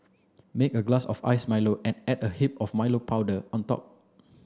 make a glass of iced Milo and add a heap of Milo powder on top